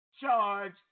charge